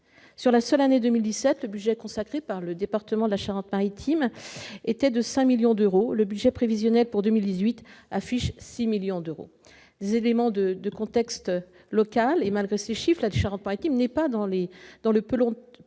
Sur la seule année 2017, le budget consacré par le département de la Charente-Maritime était de 5 millions d'euros. Le budget prévisionnel pour 2018 affiche 6 millions d'euros. En dépit de ces chiffres, la Charente-Maritime n'est pas dans le peloton de